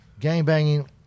gangbanging